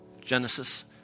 Genesis